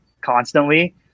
constantly